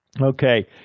Okay